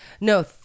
No